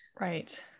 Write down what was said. Right